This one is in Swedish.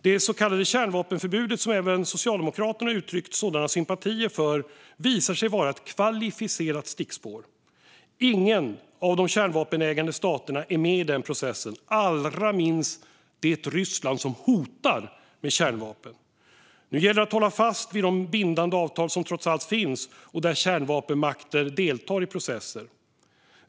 Det så kallade kärnvapenförbudet, som även Socialdemokraterna uttryckt sådana sympatier för, visar sig vara ett kvalificerat stickspår. Ingen av de kärnvapenägande staterna är med i den processen, allra minst det Ryssland som hotar med kärnvapen. Nu gäller det att hålla fast vid de bindande avtal som trots allt finns och de processer där kärnvapenmakter deltar.